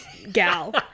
gal